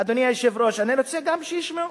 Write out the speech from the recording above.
אדוני היושב-ראש, אני רוצה גם שישמעו,